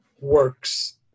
works